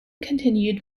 continued